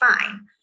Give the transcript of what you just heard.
fine